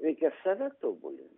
reikia save tobulint